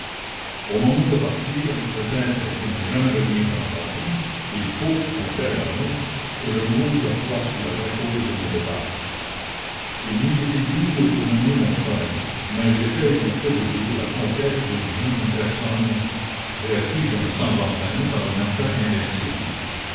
au moment de partir peut-être pour ne jamais revenir dans ma patrie il faut mon cher lalonde que je m'ouvre à toi sur la vraie cause de mon départ il m'eut été doux de te nommer mon frère mais j'ai fait il y a peu de jours la conquête d'une jeune personne vers qui je me sens entraîné par un attrait invincible